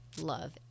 love